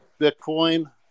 Bitcoin